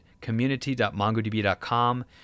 community.mongodb.com